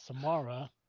Samara